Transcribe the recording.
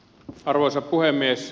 arvoisa puhemies